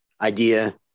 idea